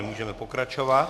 Můžeme pokračovat.